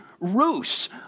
ruse